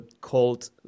called